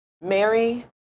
Mary